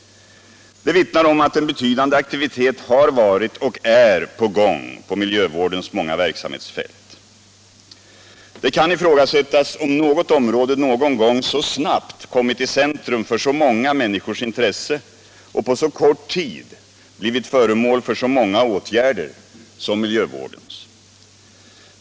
Det vittnar om att en betydande aktivitet har varit och är på gång på miljövårdens många verksamhetsfält. Det kan ifrågasättas om något område någon gång så snabbt kommit i centrum för så många människors intresse och på så kort tid blivit föremål för så många åtgärder som miljövårdsområdet.